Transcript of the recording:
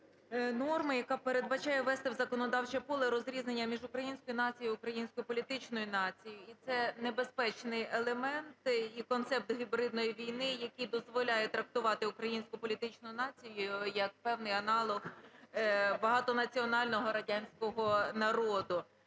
норми, яка передбачає ввести в законодавче поле розрізнення між українською нацією і українською політичною нацією. І це небезпечний елемент і концепт гібридної війни, який дозволяє трактувати українську політичну націю як певний аналог багатонаціонального радянського народу.